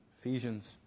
Ephesians